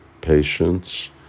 patience